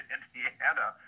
Indiana